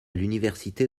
l’université